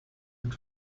wird